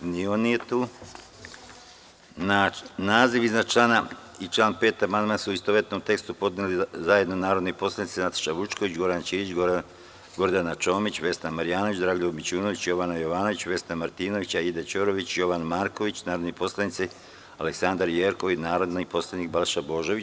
Da li neko želi reč? (Ne) Na naziv iznad člana i član 5. amandmane, u istovetnom tekstu, podneli su zajedno narodni poslanici Nataša Vučković, Goran Ćirić, Gordana Čomić, Vesna Marjanović, Dragoljub Mićunović, Jovana Jovanović, Vesna Martinović, Aida Ćorović i Jovan Marković, narodni poslanik mr Aleksandra Jerkov i narodni poslanik Balša Božović.